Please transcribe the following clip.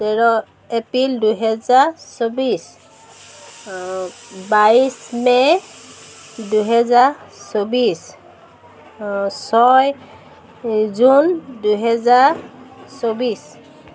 তেৰ এপ্ৰিল দুহেজাৰ চৌবিছ বাইছ মে' দুহেজাৰ চৌবিছ ছয় জুন দুহেজাৰ চৌবিছ